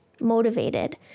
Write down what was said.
motivated